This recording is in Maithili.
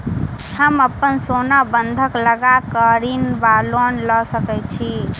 हम अप्पन सोना बंधक लगा कऽ ऋण वा लोन लऽ सकै छी?